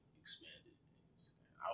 expanded